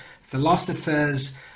philosophers